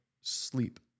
sleep